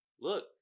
look